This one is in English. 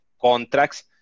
contracts